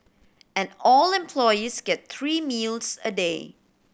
and all employees get three meals a day